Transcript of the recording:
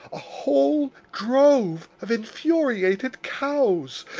a whole drove of infuriated cows,